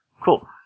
Cool